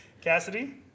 Cassidy